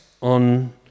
on